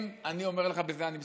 אני אומר לך, ובזה אני מסיים,